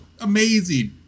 amazing